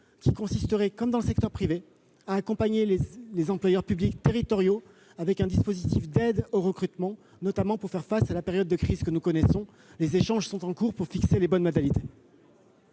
qui consisterait, comme dans le secteur privé, à accompagner les employeurs publics territoriaux avec un dispositif d'aide au recrutement, notamment pour faire face à la période de crise que nous connaissons. Les échanges sont en cours pour fixer les bonnes modalités.